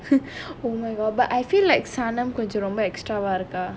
oh my god but I feel like sanam கொஞ்சம் வந்து:konjam vandhu extra வா இருக்கா:vaa irukkaa